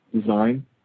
design